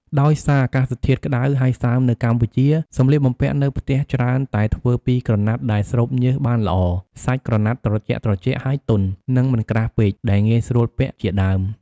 ដោយសារអាកាសធាតុក្ដៅហើយសើមនៅកម្ពុជា សម្លៀកបំពាក់នៅផ្ទះច្រើនតែធ្វើពីក្រណាត់ដែលស្រូបញើសបានល្អ សាច់ក្រណាត់ត្រជាក់ៗហើយទន់ និងមិនក្រាស់ពេក ដែលងាយស្រួលពាក់ ជាដើម។